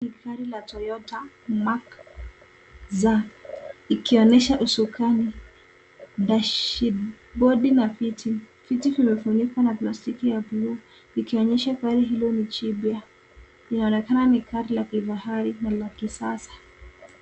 Hii ni gari la Toyota Mark X ikionyesha usukani, dashibodi na viti. Viti vimefunikwa na plastiki ya bluu ikionyesha gari hilo ni jipya . Inaonekana ni gari la kifahari na la kisasa.